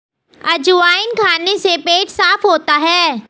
अजवाइन खाने से पेट साफ़ होता है